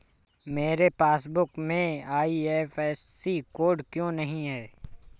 मेरे पासबुक में IFSC code क्यो नहीं है?